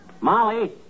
Molly